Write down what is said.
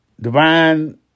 divine